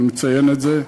אני מציין את זה,